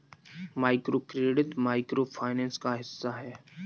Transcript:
microcredit micro finance का हिस्सा है